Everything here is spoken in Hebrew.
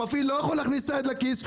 המפעיל לא יכול להכניס יד לכיס,